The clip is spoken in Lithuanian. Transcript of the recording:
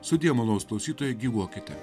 sudie malonūs klausytojai gyvuokite